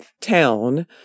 town